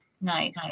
nice